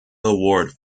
award